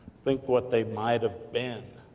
think what they might have been,